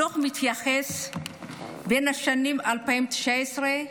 הדוח מתייחס לשנים 2019 עד